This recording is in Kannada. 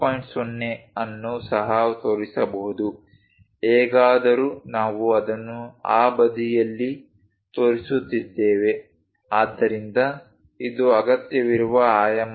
0 ಅನ್ನು ಸಹ ತೋರಿಸಬಹುದು ಹೇಗಾದರೂ ನಾವು ಅದನ್ನು ಆ ಬದಿಯಲ್ಲಿ ತೋರಿಸುತ್ತಿದ್ದೇವೆ ಆದ್ದರಿಂದ ಇದು ಅಗತ್ಯವಿರುವ ಆಯಾಮವಲ್ಲ